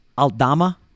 Aldama